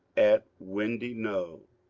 at windy knowe.